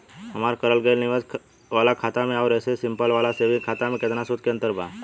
हमार करल गएल निवेश वाला खाता मे आउर ऐसे सिंपल वाला सेविंग खाता मे केतना सूद के अंतर बा?